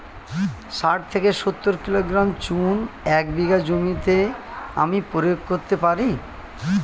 শাঠ থেকে সত্তর কিলোগ্রাম চুন এক বিঘা জমিতে আমি প্রয়োগ করতে পারি?